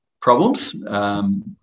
problems